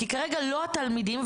כי כרגע לא התלמידים,